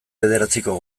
bederatziko